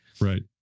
Right